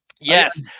Yes